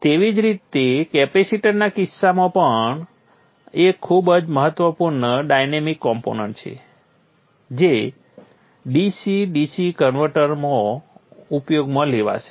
તેવી જ રીતે કેપેસિટરના કિસ્સામાં આ પણ એક ખૂબ જ મહત્વપૂર્ણ ડાયનામિક કોમ્પોનન્ટ છે જે DC DC કન્વર્ટરમાં ઉપયોગમાં લેવાશે